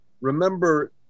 Remember